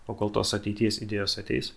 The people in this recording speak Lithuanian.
o kol tos ateities idėjos ateis